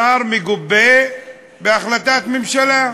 שר מגובה בהחלטת ממשלה.